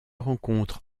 rencontre